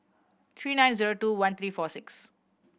three nine zero two one three four six